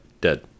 dead